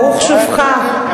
ברוך שובך.